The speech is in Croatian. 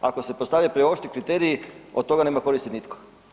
Ako se postave preoštri kriteriji od toga nema koristi nitko.